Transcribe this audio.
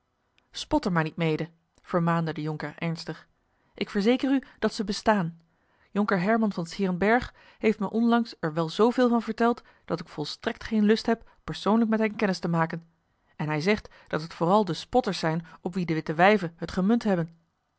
er maar niet mede vermaande de jonker ernstig ik verzeker u dat ze bestaan jonker herman van s heerenberg heeft me onlangs er wel zooveel van verteld dat ik volstrekt geen lust heb persoonlijk met hen kennis te maken en hij zegt dat het vooral de spotters zijn op wie de witte wijven het gemunt hebben